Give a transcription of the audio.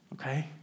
Okay